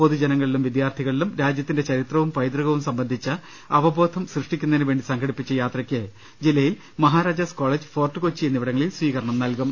പൊതുജനങ്ങളിലും വിദ്യാർത്ഥികളിലും രാജ്യത്തിന്റെ ചരി ത്രവും പൈതൃകവും സംബന്ധിച്ച അവബോധം സൃഷ്ടിക്കുന്നതിനുവേണ്ടി സംഘ ടിപ്പിച്ച യാത്രയ്ക്ക് ജില്ലയിൽ മഹാരാജാസ് കോളേജ് ഫോർട്ടുകൊച്ചി എന്നിവിട ങ്ങളിൽ സ്വീകരണം നൽകും